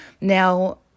Now